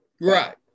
Right